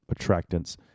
attractants